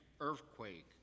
earthquake